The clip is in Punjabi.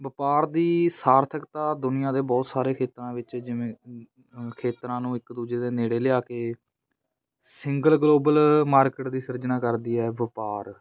ਵਪਾਰ ਦੀ ਸਾਰਥਿਕਤਾ ਦੁਨੀਆਂ ਦੇ ਬਹੁਤ ਸਾਰੇ ਖੇਤਰਾਂ ਵਿੱਚ ਜਿਵੇਂ ਖੇਤਰਾਂ ਨੂੰ ਇੱਕ ਦੂਜੇ ਦੇ ਨੇੜੇ ਲਿਆ ਕੇ ਸਿੰਗਲ ਗਲੋਬਲ ਮਾਰਕੀਟ ਦੀ ਸਿਰਜਣਾ ਕਰਦੀ ਹੈ ਵਪਾਰ